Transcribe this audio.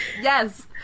Yes